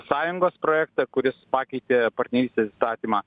sąjungos projektą kuris pakeitė partnerystės įstatymą